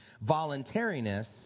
voluntariness